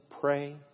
pray